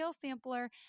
sampler